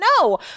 no